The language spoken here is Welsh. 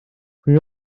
pwy